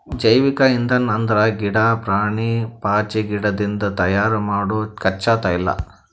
ಜೈವಿಕ್ ಇಂಧನ್ ಅಂದ್ರ ಗಿಡಾ, ಪ್ರಾಣಿ, ಪಾಚಿಗಿಡದಿಂದ್ ತಯಾರ್ ಮಾಡೊ ಕಚ್ಚಾ ತೈಲ